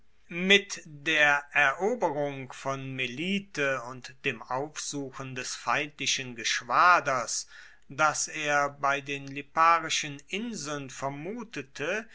mit der eroberung von melite und dem aufsuchen des feindlichen geschwaders das er bei den liparischen inseln vermutete